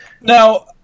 Now